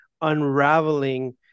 unraveling